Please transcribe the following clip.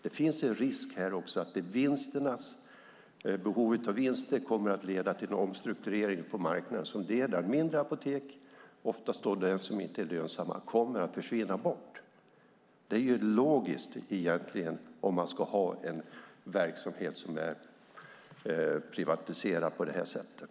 Det finns en risk här också att behov av vinster kommer att leda till en omstrukturering på marknaden som gör att mindre apotek, oftast de som inte är lönsamma, kommer att försvinna. Det är egentligen logiskt om man ska ha en verksamhet som är privatiserad på det här sättet.